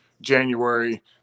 january